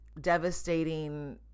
devastating